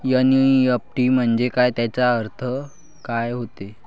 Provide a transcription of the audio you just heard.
NEFT म्हंजे काय, त्याचा अर्थ काय होते?